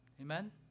Amen